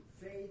Faith